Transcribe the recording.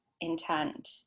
intent